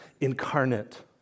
incarnate